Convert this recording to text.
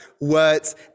words